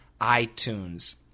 itunes